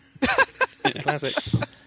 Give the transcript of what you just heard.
Classic